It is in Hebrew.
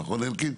נכון, אלקין?